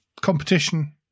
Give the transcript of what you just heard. competition